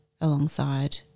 alongside